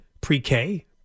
pre-K